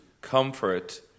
comfort